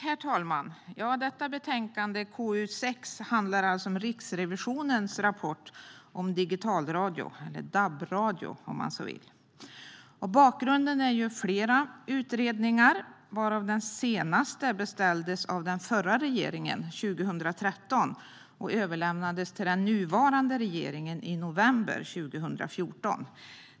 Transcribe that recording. Herr talman! Betänkande KU6 handlar om Riksrevisionens rapport om digitalradio, eller DAB-radio om man så vill. Bakgrunden är flera utredningar, varav den senaste beställdes av den förra regeringen 2013 och överlämnades till den nuvarande regeringen i november 2014.